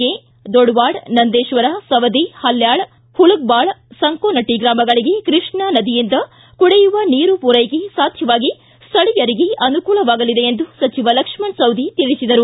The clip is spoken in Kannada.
ಕೆ ದೊಡವಾಡ ನಂದೇಶ್ವರ ಸವದಿ ಹಲ್ಕಾಳ ಹುಲಗಬಾಳ ಸಂಕೋನಟ್ಟ ಗ್ರಾಮಗಳಿಗೆ ಕೃಷ್ಣಾ ನದಿಯಿಂದ ಕುಡಿಯುವ ನೀರು ಪೂರೈಕೆ ಸಾಧ್ಯವಾಗಿ ಸ್ಥಳೀಯರಿಗೆ ಅನುಕೂಲವಾಗಲಿದೆ ಎಂದು ಸಚಿವ ಲಕ್ಷ್ಮಣ ಸವದಿ ಹೇಳಿದರು